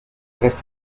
reste